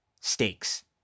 stakes